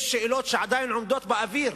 יש שאלות שעדיין עומדות באוויר.